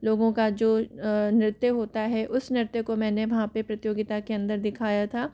लोगों का जो नृत्य होता है उस नृत्य को मैंने वहाँ पे प्रतियोगिता के अंदर दिखाया था